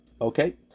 Okay